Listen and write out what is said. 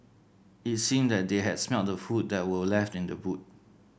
it seemed that they had smelt the food that were left in the boot